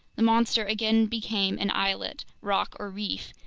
the monster again became an islet, rock, or reef,